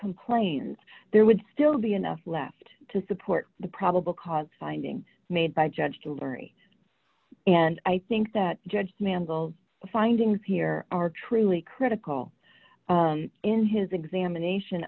complains there would still be enough left to support the probable cause finding made by judge to learn and i think that judge mandell findings here are truly critical in his examination